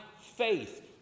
faith